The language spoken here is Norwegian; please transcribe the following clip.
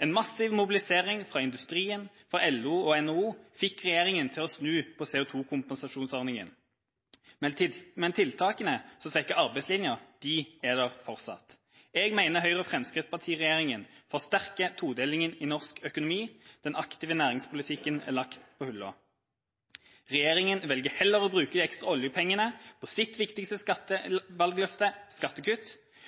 En massiv mobilisering fra industrien, LO og NHO fikk regjeringen til å snu på CO2- kompensasjonsordningen, men tiltakene som svekker arbeidslinja, er der fortsatt. Jeg mener Høyre–Fremskrittsparti-regjeringa forsterker todelinga i norsk økonomi. Den aktive næringspolitikken er lagt på hylla. Regjeringa velger heller å bruke de ekstra oljepengene på sitt viktigste valgløfte: skattekutt.